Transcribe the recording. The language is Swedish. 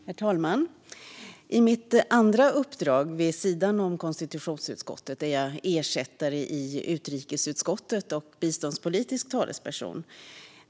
Herr talman! I mitt andra uppdrag, vid sidan om konstitutionsutskottet, är jag ersättare i utrikesutskottet och biståndspolitisk talesperson.